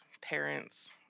parents